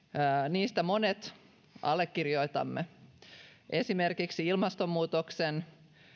niistä monet allekirjoitamme esimerkiksi ilmastonmuutoksen